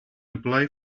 apply